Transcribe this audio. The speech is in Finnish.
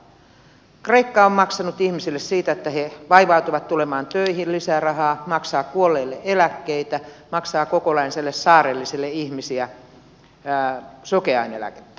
kreikka on maksanut ihmisille lisää rahaa siitä että he vaivautuvat tulemaan töihin kreikka maksaa kuolleille eläkkeitä maksaa kokonaiselle saarelliselle ihmisiä sokeaineläkettä